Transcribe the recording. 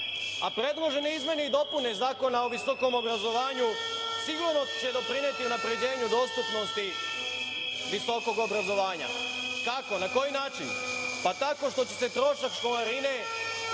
koalicije. Predložene izmene i dopune Zakona o visokom obrazovanju sigurno će doprineti unapređenju dostupnosti visokog obrazovanja. Kako? Na koji način? Tako što će se trošak školarine umanjiti